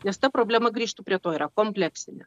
nes ta problema grįžtu prie to yra kompleksinė